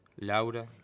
Laura